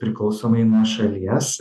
priklausomai nuo šalies